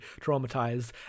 traumatized